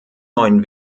neuen